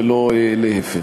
ולא להפך.